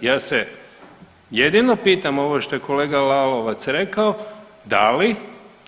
Ja se jedino pitam ovo što je kolega Lalovac rekao, da li